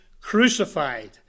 crucified